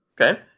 Okay